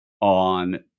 on